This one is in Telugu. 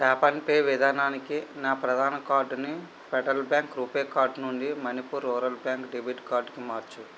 ట్యాప్ అండ్ పే విధానానికి నా ప్రధాన కార్డుని ఫెడరల్ బ్యాంక్ రూపే కార్డ్ నుండి మణిపూర్ రూరల్ బ్యాంక్ డెబిట్ కార్డ్కి మార్చు